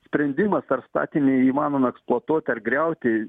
sprendimas ar statinį įmanoma eksploatuoti ar griauti